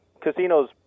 casinos